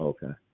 Okay